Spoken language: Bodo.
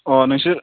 अ नोंसोर